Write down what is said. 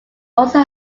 also